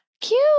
Cute